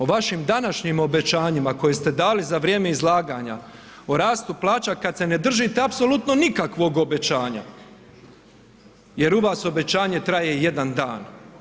O vašim današnjim obećanjima koje ste dali za vrijeme izlaganja o rastu plaća kad se ne držite apsolutno nikakvog obećanja jer u vas obećanje traje jedan dan.